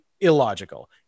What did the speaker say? illogical